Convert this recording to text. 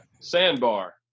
sandbar